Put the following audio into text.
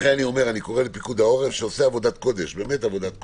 לכן אני קורא לפיקוד העורף שבאמת עושה עבודת קודש,